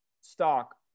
stock